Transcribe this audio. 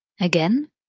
Again